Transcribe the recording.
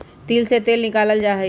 तिल से तेल निकाल्ल जाहई